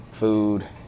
food